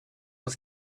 was